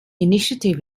initiative